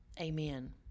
Amen